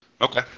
Okay